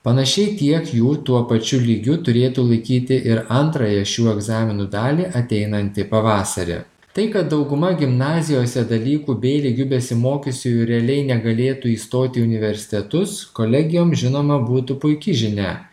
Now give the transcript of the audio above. panašiai tiek jų tuo pačiu lygiu turėtų laikyti ir antrąją šių egzaminų dalį ateinantį pavasarį tai kad dauguma gimnazijose dalykų b lygiu besimokiusiųjų realiai negalėtų įstoti į universitetus kolegijom žinoma būtų puiki žinia